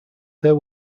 there